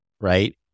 Right